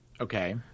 Okay